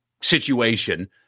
situation